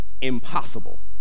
impossible